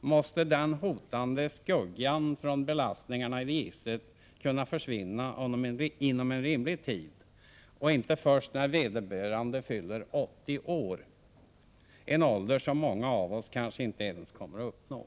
måste den hotande skuggan från belastningarna i registret kunna försvinna inom en rimlig tid och inte först när vederbörande fyller 80 år, en ålder som många av oss kanske inte ens kommer att uppnå.